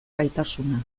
gaitasuna